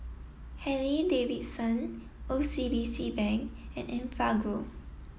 Harley Davidson O C B C Bank and Enfagrow